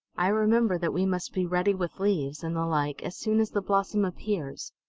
i remember that we must be ready with leaves, and the like, as soon as the blossom appears.